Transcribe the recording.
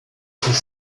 ses